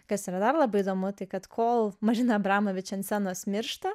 kas yra dar labai įdomu tai kad kol marina abramovič ant scenos miršta